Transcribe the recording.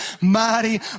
mighty